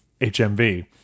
HMV